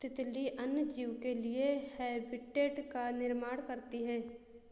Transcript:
तितली अन्य जीव के लिए हैबिटेट का निर्माण करती है